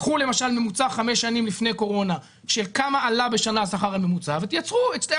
קחו למשל ממוצע חמש שנים לפני קורונה של כמה עלה בשנה השכר הממוצע ותחזירו